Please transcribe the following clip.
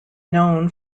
known